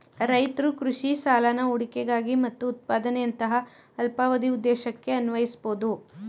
ರೈತ್ರು ಕೃಷಿ ಸಾಲನ ಹೂಡಿಕೆಗಾಗಿ ಮತ್ತು ಉತ್ಪಾದನೆಯಂತಹ ಅಲ್ಪಾವಧಿ ಉದ್ದೇಶಕ್ಕೆ ಅನ್ವಯಿಸ್ಬೋದು